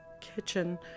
kitchen